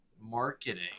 marketing